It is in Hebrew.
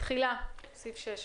הצבעה אושרה.